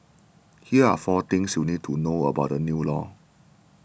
here are four things you need to know about the new law